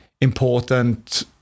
important